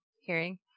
hearing